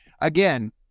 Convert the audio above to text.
again